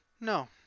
no